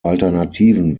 alternativen